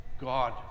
God